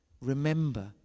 Remember